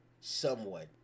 somewhat